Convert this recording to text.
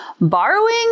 Borrowing